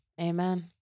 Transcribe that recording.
Amen